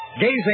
gazing